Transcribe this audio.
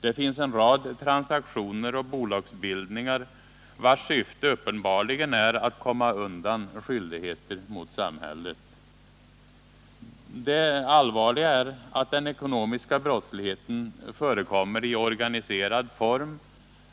Det finns en rad transaktioner och bolagsbildningar vars syfte uppenbarligen är att komma undan skyldigheter mot samhället. Det allvarliga är att den ekonomiska brottsligheten förekommer i organiserad form,